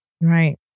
Right